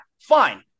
Fine